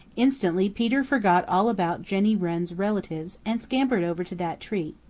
instantly peter forgot all about jenny wren's relatives and scampered over to that tree.